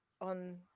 on